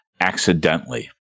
accidentally